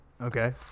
Okay